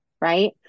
right